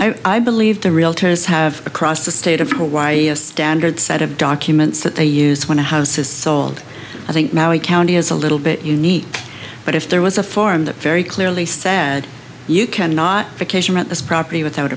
to i believe the realtors have across the state of hawaii a standard set of documents that they use when a house is sold i think maui county is a little bit unique but if there was a forum that very clearly said you can not vacation at this property without